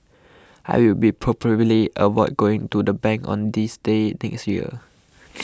I will be probably avoid going to the bank on this day next year